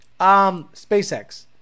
SpaceX